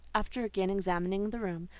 after again examining the room,